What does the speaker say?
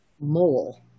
Mole